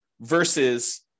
versus